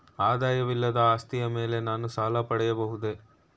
ಆದಾಯವಿಲ್ಲದ ಆಸ್ತಿಯ ಮೇಲೆ ನಾನು ಸಾಲ ಪಡೆಯಬಹುದೇ?